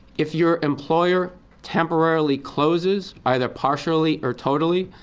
if your employer temporarily closes either partially or totally,